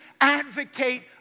advocate